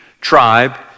tribe